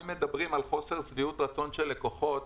אם מדברים על חוסר שביעות רצון של לקוחות,